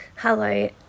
Hello